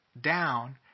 down